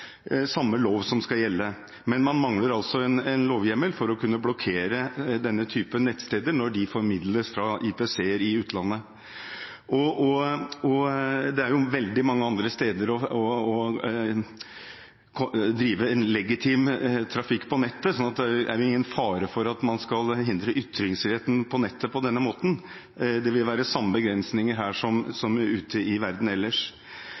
samme lov som skal gjelde, men man mangler altså en lovhjemmel for å kunne blokkere denne type nettsteder når de formidles fra ISP-er i utlandet. Og det er jo veldig mange andre steder å drive en legitim trafikk på nettet, så det er jo ingen fare for at man skal hindre ytringsfriheten på nettet på denne måten. Det vil være samme begrensninger her som ute i verden ellers.